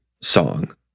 song